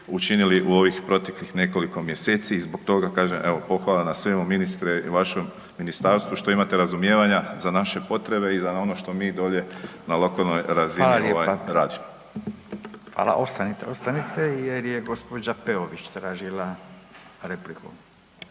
učinili u ovih proteklih nekoliko mjeseci. I zbog toga kažem, pohvala na svemu ministre i vašem ministarstvu što imate razumijevanja za naše potrebe i za ono što mi dolje na lokalnoj razini radimo. **Radin, Furio (Nezavisni)** Hvala lijepa. Ostanite jer je gospođa Peović tražila repliku.